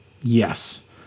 Yes